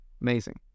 amazing